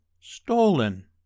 stolen